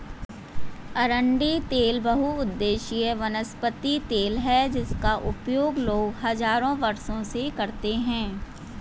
अरंडी तेल बहुउद्देशीय वनस्पति तेल है जिसका उपयोग लोग हजारों वर्षों से करते रहे हैं